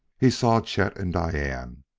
he saw chet and diane.